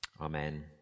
amen